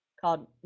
called